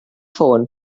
ffôn